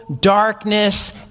darkness